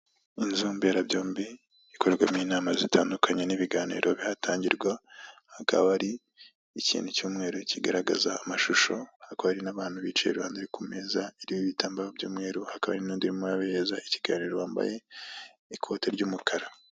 Inzu mberabyombi ikorwamo inama zitandukanye n'ibiganiro bihatangirwa, hakaba hari ikintu cy'umweru kigaragaza amashusho, hakaba hari n'abantu bicaye iruhande ku meza iriho ibitambaro by'umweru hakaba hari n'undi urimo urabahereza ikiganiro wambaye ikote ry'umukara.